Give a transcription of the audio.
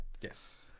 Yes